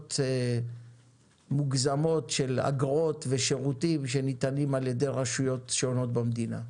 מעלויות מוגזמות של אגרות ושירותים שניתנים על ידי רשויות שונות במדינה.